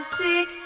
six